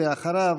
ואחריו,